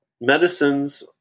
Medicines